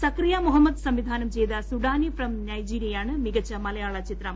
സക്കറിയ മുഹമ്മദ് സംവിധാനം ചെയ്ത സുഡാനി ഫ്രം നൈജീരിയാണ് മികച്ച മലയാള ചിത്രം